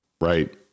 Right